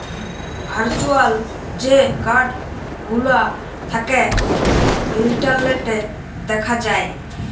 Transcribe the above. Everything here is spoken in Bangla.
ভার্চুয়াল যে কাড় গুলা থ্যাকে ইলটারলেটে দ্যাখা যায়